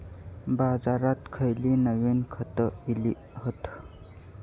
बाजारात खयली नवीन खता इली हत?